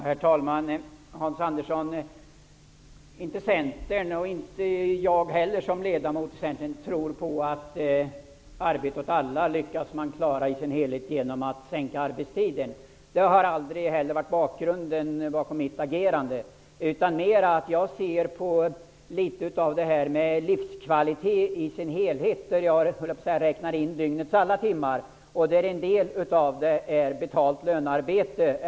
Herr talman! Varken Centern eller jag som ledamot i Centern tror att man kan lyckas med att klara att ge arbete åt alla genom att sänka arbetstiden. Det har heller aldrig varit tanken bakom mitt agerande. Jag ser mera till detta med livskvalitet i dess helhet, där jag räknar in alla dygnets timmar, varav en del timmar ägnas åt betalt lönearbete.